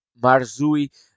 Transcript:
Marzui